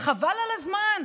חבל על הזמן.